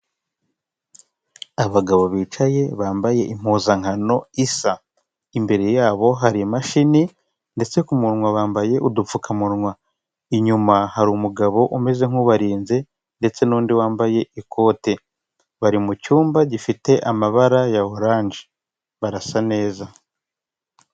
Abagabo bicaye bambaye impuzankano isa, imbere yabo hari imashini, ndetse kumunwa bambaye udupfukamunwa inyuma hari umugabo umeze nk'ubarinze ndetse n'undi wambaye ikote, bari mu cyumba gifite amabara ya oranje barasa neza.